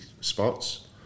spots